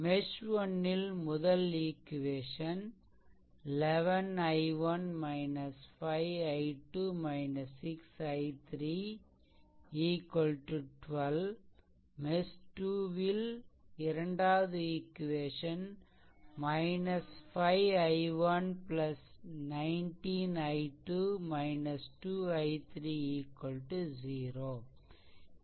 mesh 1 ல் முதல் equation 11 i1 - 5i2 - 6i3 12 mesh 2 ல் இரண்டாவது ஈக்வேசன் 5i1 19 i2 2 i3 0